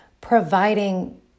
providing